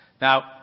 Now